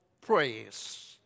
praise